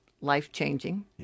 life-changing